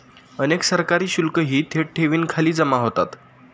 अनेक सरकारी शुल्कही थेट ठेवींखाली जमा होतात